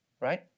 right